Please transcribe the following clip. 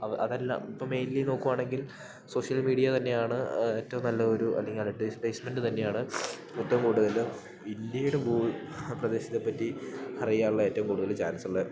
അത് അതെല്ലാം ഇപ്പം മെയിൻലി നോക്കുവാണെങ്കിൽ സോഷ്യൽ മീഡിയ തന്നെയാണ് ഏറ്റവും നല്ല ഒരു അല്ലെങ്കിൽ അഡ്വർടൈസ്മെൻ്റ് തന്നെയാണ് ഏറ്റവും കൂടുതല് ഇന്ത്യയുടെ ഭൂ പ്രദേശത്തെപ്പറ്റി അറിയാൻ ഉള്ള ഏറ്റവും കൂടുതല് ചാൻസുള്ള